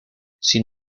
sin